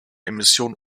emissionen